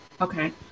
Okay